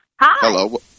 Hello